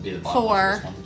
Four